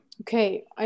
Okay